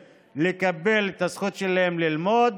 לקבל את הזכות שלהם ללמוד.